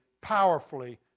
powerfully